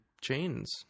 chains